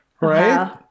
right